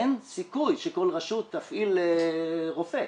אין סיכוי שכל רשות תפעיל רופא,